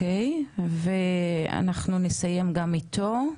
אנחנו נסיים גם איתו.